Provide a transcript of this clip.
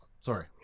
Sorry